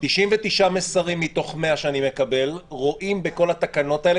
99 מסרים מתוך 100 שאני מקבל רואים בכל התקנות האלה